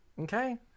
Okay